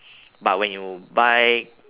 but when you buy